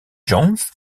jones